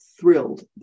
thrilled